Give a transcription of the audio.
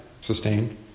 Sustained